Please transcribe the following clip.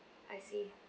I see